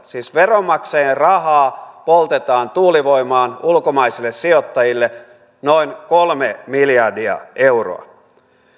siis veronmaksajien rahaa poltetaan tuulivoimaan ulkomaisille sijoittajille noin kolme miljardia euroa